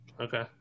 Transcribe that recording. Okay